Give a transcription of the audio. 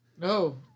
No